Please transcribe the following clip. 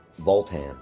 Voltan